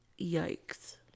yikes